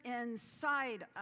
inside